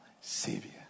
Savior